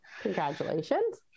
Congratulations